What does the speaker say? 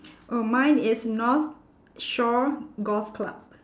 oh mine is north shore golf club